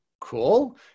cool